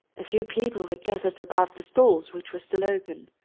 a few people were gathered about the stalls which were still open.